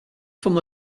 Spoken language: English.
from